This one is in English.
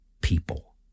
people